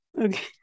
Okay